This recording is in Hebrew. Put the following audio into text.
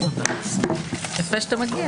הישיבה ננעלה